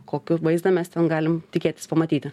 kokį vaizdą mes ten galim tikėtis pamatyti